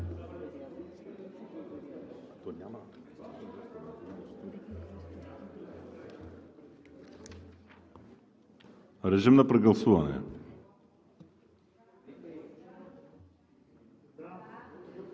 Режим на прегласуване.